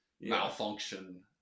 malfunction